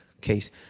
case